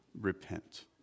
repent